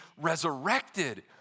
resurrected